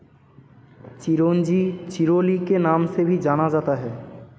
चिरोंजी चिरोली के नाम से भी जाना जाता है